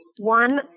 One